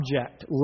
object